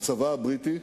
לצבא הבריטי.